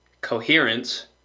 coherence